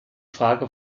frage